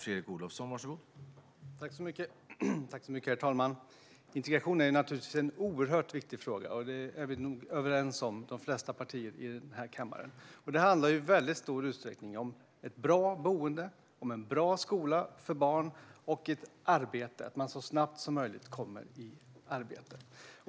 Herr talman! Integration är naturligtvis en oerhört viktig fråga; det är vi nog överens om i de flesta partier här i kammaren. Det handlar i stor utsträckning om bra boende, bra skola för barnen och att man så snabbt som möjligt kommer i arbete.